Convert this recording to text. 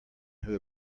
who